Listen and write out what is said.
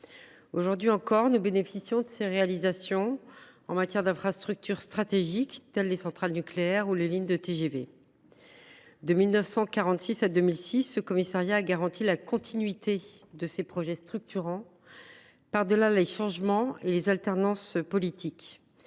Aujourd’hui encore, nous bénéficions de ses réalisations en matière d’infrastructures stratégiques, telles les centrales nucléaires ou les lignes de TGV. De 1946 à 2006, ce commissariat a garanti la continuité de ces projets structurants, par delà les changements et les alternances politiques.